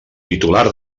titular